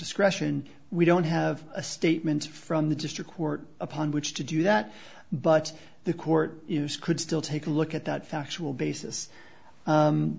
discretion we don't have a statement from the district court upon which to do that but the court could still take a look at that factual basis